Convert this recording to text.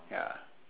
ya